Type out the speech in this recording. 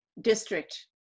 district